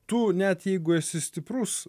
tu net jeigu esi stiprus